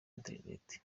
interineti